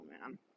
man